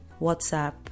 WhatsApp